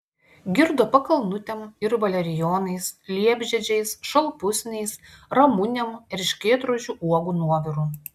girdo pakalnutėm ir valerijonais liepžiedžiais šalpusniais ramunėm erškėtrožių uogų nuoviru